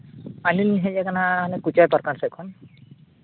ᱟᱹᱞᱤᱧ ᱞᱤᱧ ᱦᱮᱡ ᱠᱟᱱᱟ ᱚᱱᱟ ᱠᱩᱪᱤᱭᱟᱹ ᱯᱟᱨᱠᱷᱟᱱ ᱥᱮᱫ ᱠᱷᱚᱱ